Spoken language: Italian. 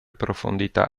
profondità